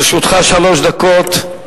לרשותך שלוש דקות.